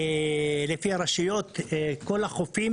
כל החופים